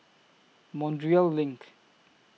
Montreal LINK